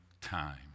time